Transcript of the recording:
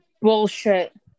bullshit